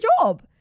job